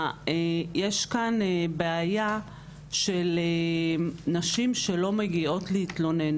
יש כאן בעיה של נשים שלא מגיעות להתלונן.